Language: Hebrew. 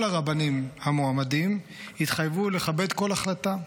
כל הרבנים המועמדים התחייבו לכבד כל החלטה.